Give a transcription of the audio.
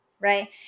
right